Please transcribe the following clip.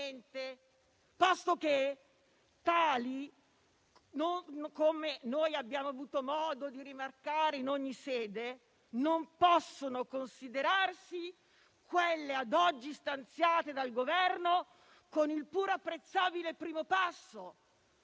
posto che, come noi abbiamo avuto modo di rimarcare in ogni sede, tali non possono considerarsi quelle ad oggi stanziate dal Governo, con il pur apprezzabile primo passo